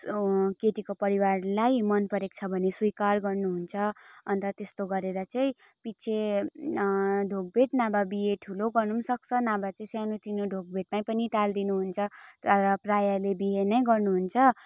केटीको परिवारलाई मन परेको छ भने स्वीकार गर्नुहुन्छ अन्त त्यस्तो गरेर चाहिँ पछि ढोगभेट न भए बिहे ठुलो गर्नु पनि सक्छ नभए चाहिँ सानो तिनो ढोगभेटमै पनि टालिदिनु हुन्छ तर प्रायले बिहे नै गर्नुहुन्छ